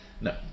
No